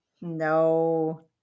No